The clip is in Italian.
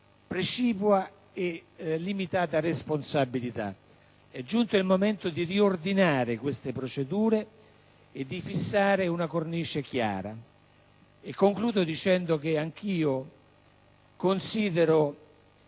precipua e limitata responsabilità. È giunto al momento di riordinare queste procedure e di fissare una cornice chiara. Anch'io considero